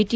T